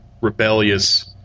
rebellious